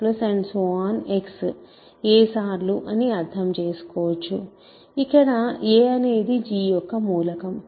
x a సార్లు అని అర్ధం చేసుకోవచ్చు ఇక్కడ a అనేది G యొక్క మూలకం